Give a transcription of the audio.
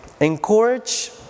Encourage